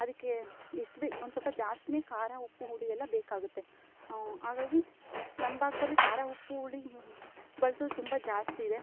ಅದಕ್ಕೆ ಎಷ್ಟು ಬೆ ಒಂದ್ಸೊಲ್ಪ ಜಾಸ್ತಿ ಖಾರ ಉಪ್ಪು ಹುಳಿಯೆಲ್ಲ ಬೇಕಾಗುತ್ತೆ ಹಾಗಾಗಿ ನಮ್ಮ ಭಾಗ್ಧಲ್ಲಿ ಖಾರ ಉಪ್ಪು ಹುಳಿ ಇವು ಬಳ್ಸೊದು ತುಂಬ ಜಾಸ್ತಿಯಿದೆ